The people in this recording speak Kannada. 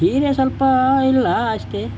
ಹೀರೆ ಸ್ವಲ್ಪ ಇಲ್ಲ ಅಷ್ಟೆ